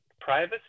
Privacy